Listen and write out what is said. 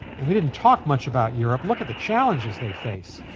and we didn't talk much about europe. look at the challenges they face.